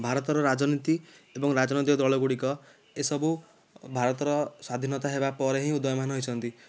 ଭାରତର ରାଜନୀତି ଏବଂ ରାଜନୈତିକ ଦଳଗୁଡ଼ିକ ଏସବୁ ଭାରତର ସ୍ୱାଧୀନତା ହେବା ପରେ ହିଁ ଉଦୀୟମାନ ହୋଇଛନ୍ତି